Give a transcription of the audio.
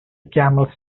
camel